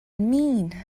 mean